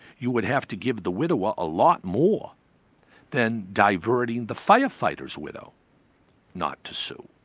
you would have to give the widow ah a lot more than diverting the firefighter's widow not to sue,